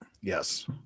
Yes